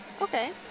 Okay